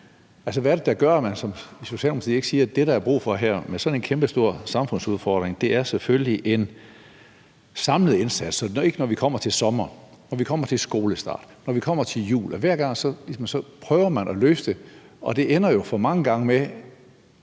gør, at man i Socialdemokratiet ikke siger, at det, der er brug for her med sådan en kæmpestor samfundsudfordring, selvfølgelig er en samlet indsats, sådan at man ikke, når vi kommer til sommer, når vi kommer til skolestart, når vi kommer til jul, hver gang ligesom prøver at løse det der? I forhold til den